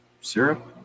syrup